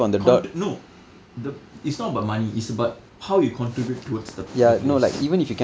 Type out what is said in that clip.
cont~ no the it's not about money it's about how you contribute towards the the place